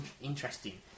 interesting